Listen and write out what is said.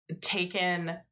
taken